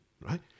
right